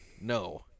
No